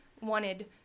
wanted